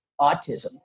autism